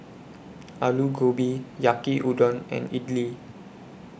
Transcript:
Alu Gobi Yaki Udon and Idili